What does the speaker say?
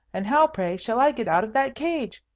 and how, pray, shall i get out of that cage?